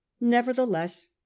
nevertheless